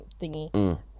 Thingy